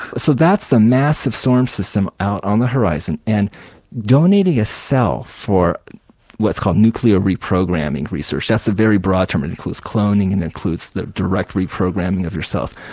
so that's the massive storm system out on the horizon, and donating a cell for what's called nuclear reprogramming research that's a very broad term, it includes cloning, it and includes the direct reprogramming of your cells.